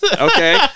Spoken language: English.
Okay